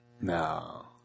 No